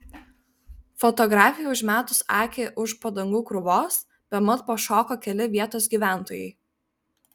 fotografei užmetus akį už padangų krūvos bemat pašoko keli vietos gyventojai